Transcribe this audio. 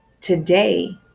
today